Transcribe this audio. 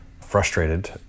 frustrated